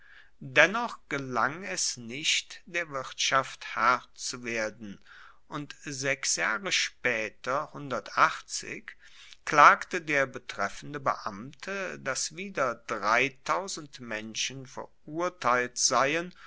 dennoch gelang es nicht der wirtschaft herr zu werden und sechs jahre spaeter klagte der betreffende beamte dass wieder menschen verurteilt seien